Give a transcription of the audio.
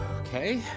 Okay